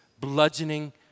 bludgeoning